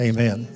Amen